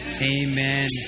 Amen